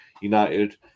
United